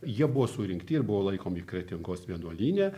jie buvo surinkti ir buvo laikomi kretingos vienuolyne